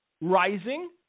rising